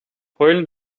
heulen